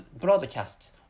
broadcasts